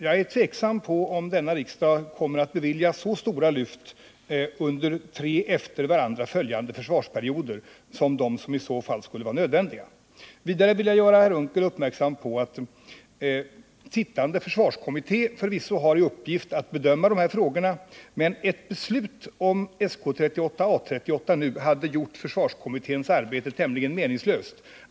Jag är tveksam om huruvida riksdagen kommer att bevilja så stora lyft, under tre efterföljande försvarsperioder, som de som i så fall skulle vara nödvändiga. Vidare vill jag göra herr Unckel uppmärksam på att den sittande försvarskommittén har till uppgift att bedöma dessa frågor men att beslut om SK 38/A 38 hade gjort försvarskommitténs arbete tämligen meningslöst.